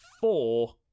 four